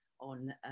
on